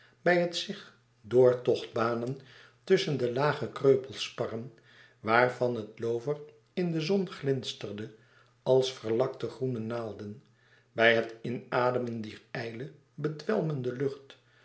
bij het zich doortocht banen tusschen de lage kreupelsparren waarvan het loover in de zon glinsterde als verlakte groene naalden bij het inademen dier ijle bedwelmende lucht